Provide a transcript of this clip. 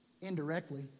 Indirectly